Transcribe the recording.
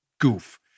goof